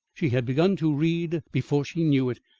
she had begun to read before she knew it,